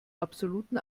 absoluten